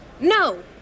No